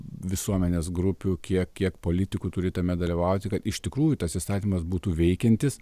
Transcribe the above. visuomenės grupių kiek kiek politikų turi tame dalyvauti kad iš tikrųjų tas įstatymas būtų veikiantis